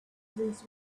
accidents